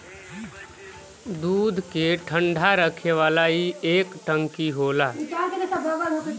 दूध के ठंडा रखे वाला ई एक टंकी होला